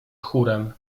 chórem